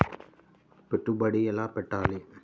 పెట్టుబడి ఎలా పెట్టాలి?